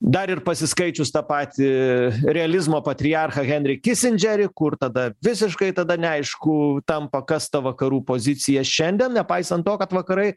dar ir pasiskaičius tą patį realizmo patriarchą henrį kisindžerį kur tada visiškai tada neaišku tampa kas ta vakarų pozicija šiandien nepaisant to kad vakarai